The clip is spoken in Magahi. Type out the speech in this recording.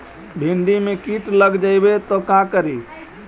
भिन्डी मे किट लग जाबे त का करि?